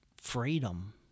freedom